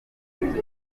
rwanda